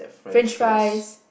French fries